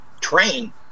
train